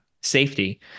safety